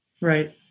Right